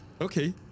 Okay